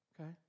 Okay